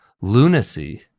lunacy